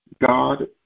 God